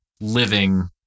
living